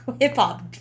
hip-hop